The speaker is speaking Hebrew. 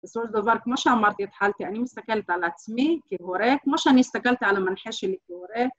בסופו של דבר כמו שאמרתי את חלתי, אני מסתכלת על עצמי כהורה, כמו שאני הסתכלתי על המנחה שלי כהורה.